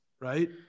right